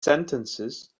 sentences